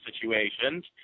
situations